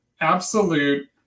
absolute